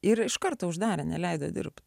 ir iš karto uždarė neleido dirbti